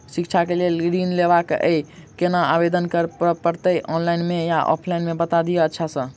शिक्षा केँ लेल लऽ ऋण लेबाक अई केना आवेदन करै पड़तै ऑनलाइन मे या ऑफलाइन मे बता दिय अच्छा सऽ?